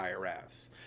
IRS